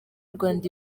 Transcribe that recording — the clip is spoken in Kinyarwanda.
rwanda